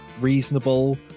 reasonable